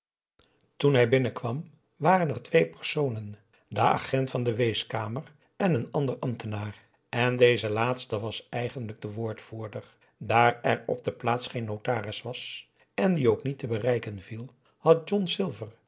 toen hij binnenkwam waren er twee personen de agent van de weeskamer en een ander ambtenaar en deze laatste was eigenlijk de woordvoerder daar er op de plaats geen notaris was en die ook niet te bereiken viel had john silver